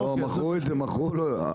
--- מכרו ב-4,